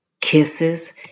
kisses